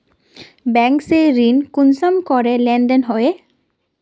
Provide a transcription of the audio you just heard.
Bank से ऋण कुंसम करे लेन देन होए?